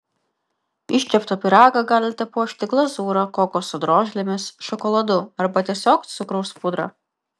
iškeptą pyragą galite puošti glazūra kokoso drožlėmis šokoladu arba tiesiog cukraus pudra